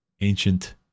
ancient